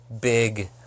big